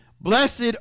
Blessed